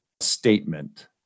statement